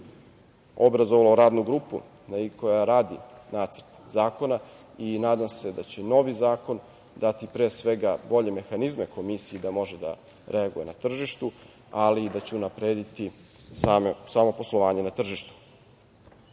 obrazovalo radnu grupu koja radi Nacrt zakona i nadam se da će novi zakon dati, pre svega, bolje mehanizme Komisiji da može da reaguje na tržištu, ali i da će unaprediti samo poslovanje na tržištu. Navedeni